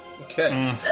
Okay